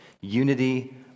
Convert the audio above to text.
unity